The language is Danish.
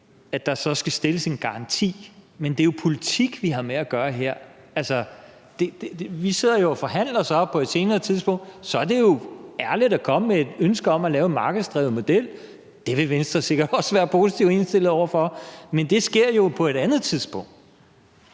at der så skal stilles en garanti. Men det er jo politik, vi har med at gøre her. Altså, vi sidder og forhandler, og så på et senere tidspunkt er det jo ærligt at komme med et ønske om at lave en markedsdrevet model. Det vil Venstre sikkert også være positivt indstillet over for. Men det sker jo på et andet tidspunkt.